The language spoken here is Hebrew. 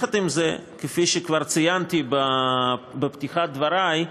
עם זה, כפי שכבר ציינתי בפתיחת דברי,